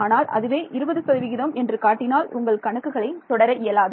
ஆனால் அதுவே 20 சதவிகிதம் என்று காட்டினால் உங்கள் கணக்குகளை தொடர இயலாது